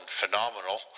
phenomenal